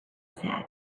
said